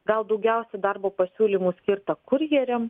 gal daugiausia darbo pasiūlymų skirta kurjeriam